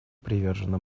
привержено